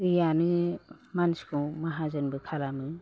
दैयानो मानसिखौ माहाजोनबो खालामो